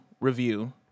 review